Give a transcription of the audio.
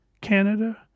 Canada